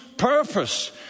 Purpose